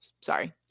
Sorry